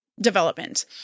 development